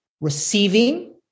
receiving